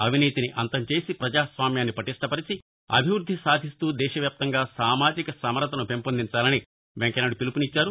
అవినీతిని అంతం చేసి ప్రజాస్వామ్యాన్ని వటిష్ట పరిచి అభివృద్ధి సాధిస్తూ దేశ వ్యాప్తంగా సామాజిక సమరసతను సాధించాలని వెంకయ్య నాయుడు పిలుపునిచ్చారు